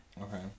Okay